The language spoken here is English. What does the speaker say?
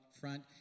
front